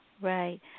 Right